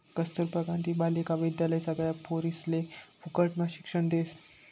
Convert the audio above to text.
कस्तूरबा गांधी बालिका विद्यालय सगळ्या पोरिसले फुकटम्हा शिक्षण देस